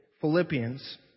Philippians